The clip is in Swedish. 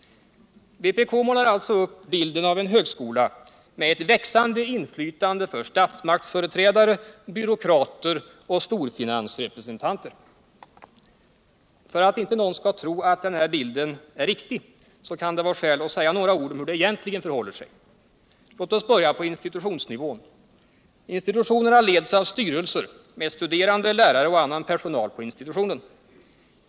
Vpk målar alltså upp bilden av en högskola med ett växande inflytande för statsmaktsföreträdare, byråkrater och storfinansrepresentanter. För att inte någon skall tro på den här bilden, kan det vara skäl att säga några ord om hur det egentligen förhåller sig. Låt oss börja på institutionsnivån. Institutionerna leds av styrelser med studerande, lärare och annan personal på institutionen.